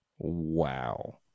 wow